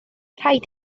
rhaid